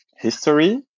history